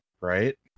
right